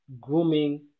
grooming